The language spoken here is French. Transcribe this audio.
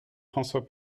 françois